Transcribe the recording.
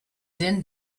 din